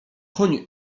koń